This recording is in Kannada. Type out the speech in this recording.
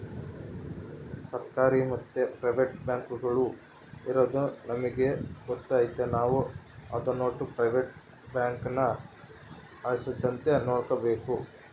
ಸರ್ಕಾರಿ ಮತ್ತೆ ಪ್ರೈವೇಟ್ ಬ್ಯಾಂಕುಗುಳು ಇರದು ನಮಿಗೆ ಗೊತ್ತೇ ಐತೆ ನಾವು ಅದೋಟು ಪ್ರೈವೇಟ್ ಬ್ಯಾಂಕುನ ಅಳಿಸದಂತೆ ನೋಡಿಕಾಬೇಕು